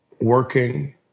working